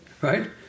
right